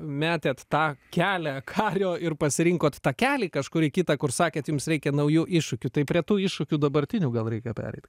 metėt tą kelią kario ir pasirinkot takelį kažkurį kitą kur sakėt jums reikia naujų iššūkių tai prie tų iššūkių dabartinių gal reikia pereit